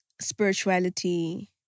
Spirituality